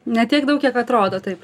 ne tiek daug kiek atrodo taip